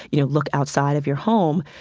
you know, look outside of your home,